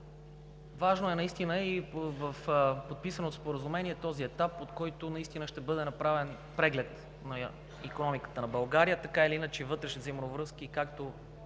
Важен е наистина и в подписаното споразумение този етап, от който наистина ще бъде направен преглед на икономиката на България, вътрешни взаимовръзки, както